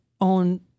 own